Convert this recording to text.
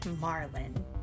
Marlin